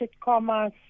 commas